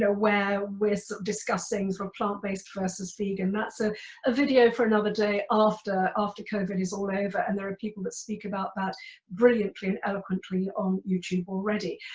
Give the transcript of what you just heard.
ah where we're discussing from plant-based versus vegan, that's a ah video for another day after after covid is all over. and there are people that speak about that brilliantly and eloquently on youtube already.